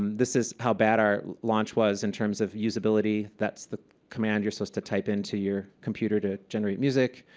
this is how bad our launch was in terms of usability. that's the command you're supposed so to type into your computer to generate music.